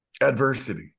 Adversity